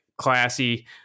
Classy